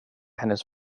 hennes